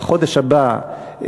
בחודש הבא,